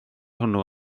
hwnnw